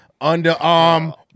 underarm